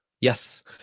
Yes